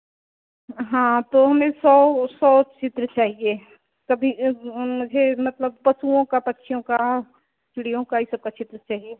हाँ तो हमें सौ सौ चित्र चाहिए सभी मुझे मतलब पशुओं का पक्षियों का चिड़ियों का यह सबका चित्र चाहिए